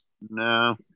No